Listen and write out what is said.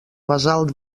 basalt